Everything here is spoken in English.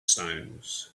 stones